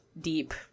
deep